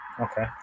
Okay